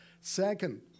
Second